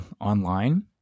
online